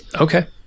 Okay